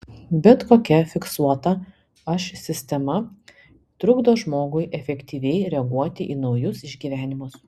bet kokia fiksuota aš sistema trukdo žmogui efektyviai reaguoti į naujus išgyvenimus